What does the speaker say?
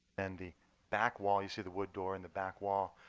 and the back wall, you see the wood door in the back wall.